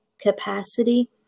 capacity